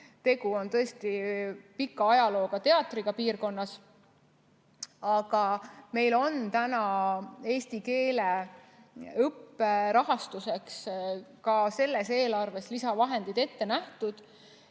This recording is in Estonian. Tegu on tõesti pika ajalooga teatriga piirkonnas. Aga meil on eesti keele õppe rahastuseks ka selles eelarves lisavahendid ette nähtud.